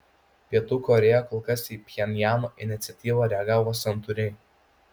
pietų korėja kol kas į pchenjano iniciatyvą reagavo santūriai